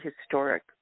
historic